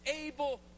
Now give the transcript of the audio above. able